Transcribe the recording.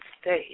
States